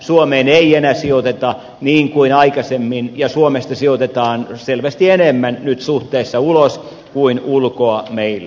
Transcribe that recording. suomeen ei enää sijoiteta niin kuin aikaisemmin ja suomesta sijoitetaan selvästi enemmän nyt suhteessa ulos kuin ulkoa meille